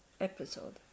episode